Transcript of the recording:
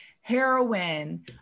heroin